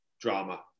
drama